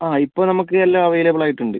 ആ ഇപ്പം നമ്മക്ക് എല്ലാം അവൈലബിൾ ആയിട്ടുണ്ട്